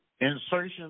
insertion